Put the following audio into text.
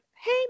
hey